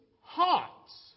hearts